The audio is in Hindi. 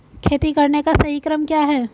खेती करने का सही क्रम क्या है?